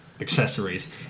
accessories